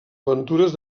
aventures